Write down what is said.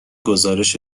گزارش